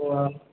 তো